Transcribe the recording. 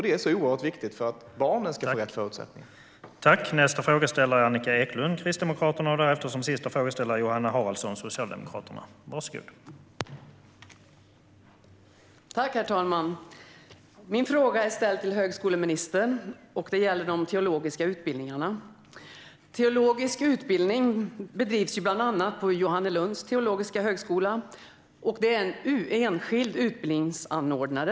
Det är oerhört viktigt för att barnen ska få rätt förutsättningar.